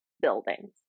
buildings